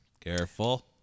Careful